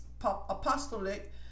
apostolic